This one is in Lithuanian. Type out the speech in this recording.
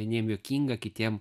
vieniem juokinga kitiem